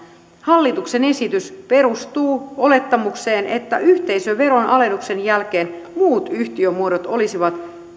hallituksen esitys perustuu olettamukseen että yhteisöveron alennuksen jälkeen muut yhtiömuodot olisivat